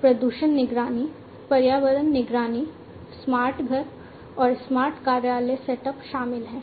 प्रदूषण निगरानी पर्यावरण निगरानी स्मार्ट घर और स्मार्ट कार्यालय सेटअप शामिल है